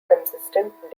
consistent